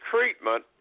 treatment